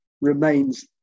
remains